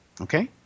okay